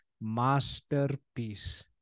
Masterpiece